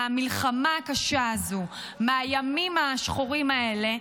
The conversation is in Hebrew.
מהמלחמה הקשה הזו, מהימים השחורים האלה,